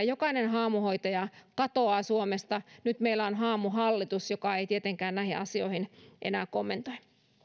jokainen haamuhoitaja katoaa suomesta nyt meillä on haamuhallitus joka ei tietenkään näitä asioita enää kommentoi